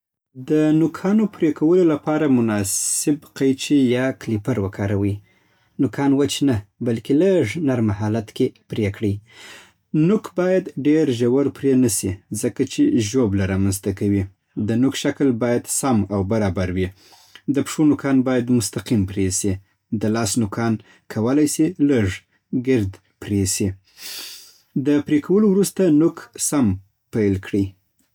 د نوکانو پرې کولو لپاره مناسب قیچي یا کلېپر وکاروئ. نوکان وچ نه، بلکې لږ نرمه حالت کې پرې کړئ. نوک باید ډېر ژور پرې نشي، ځکه چې ژوبله رامنځته کوي. د نوک شکل باید سم او برابر وي. د پښو نوکان باید مستقیم پرې سی. د لاس نوکان کولای شي لږ ګرد پرې سي. د پرې کولو وروسته نوک سم پیل کړئ.